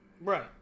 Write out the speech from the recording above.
Right